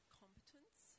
competence